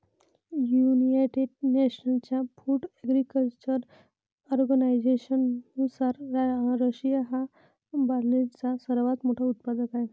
United नेशन्सच्या food agriculture ऑर्गनायझेशननुसार, Russia हा बार्लीचा सर्वात मोठा उत्पादक आहे